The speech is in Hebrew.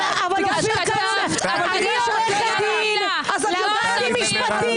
שאת עורכת דין את יודעת משפטים,